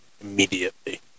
immediately